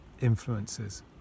influences